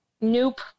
Nope